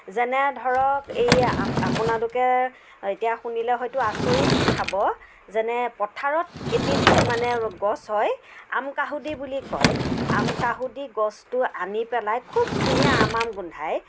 যেনে ধৰক এই আপ আপোনালোকে এতিয়া শুনিলে হয়তো আচৰিত খাব যেনে পথাৰত এবিধ মানে গছ হয় আম কাহুদি বুলি কয় আম কাহুদি গছটো আনি পেলাই খুব ধুনীয়া আম আম গোন্ধায়